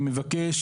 אני מבקש,